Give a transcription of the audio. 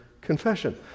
confession